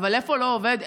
אבל איפה לא עובד?